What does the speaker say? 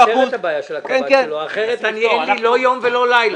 אתה פותר את הבעיה של הקב"ט שלו כי אחרת אין לי לא יום ולא לילה.